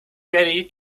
ready